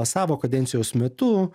savo kadencijos metu